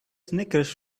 snickers